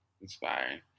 Inspiring